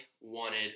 wanted